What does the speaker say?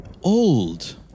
old